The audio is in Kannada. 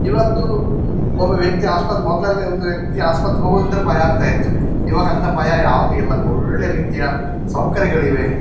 ಇವತ್ತು ಒಬ್ಬ ವ್ಯಕ್ತಿ ಆಸ್ಪತ್ರೆ ಮೊದಲೆಲ್ಲ ಒಂದು ವ್ಯಕ್ತಿ ಆಸ್ಪತ್ರೆಗೆ ಹೋಗುದಂದ್ರೆ ಭಯ ಆಗ್ತಾಯಿತ್ತು ಇವಾಗ ಅಂತ ಭಯ ಯಾವುದು ಇಲ್ಲ ಒಳ್ಳೆಯ ರೀತಿಯ ಸೌಕರ್ಯಗಳಿವೆ